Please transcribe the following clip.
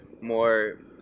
more